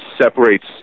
separates